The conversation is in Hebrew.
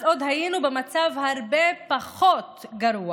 אז עוד היינו במצב הרבה פחות גרוע